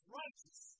righteous